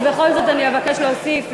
ובכל זאת אני אבקש להוסיף,